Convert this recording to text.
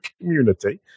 community